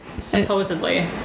Supposedly